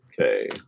Okay